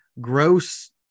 gross